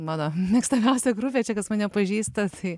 mano mėgstamiausia grupė čia kas mane pažįsta tai